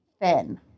thin